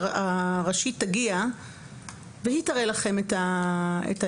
הקבועה תגיע והיא תראה לכם את האישור.